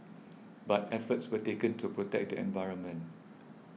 but efforts were taken to protect the environment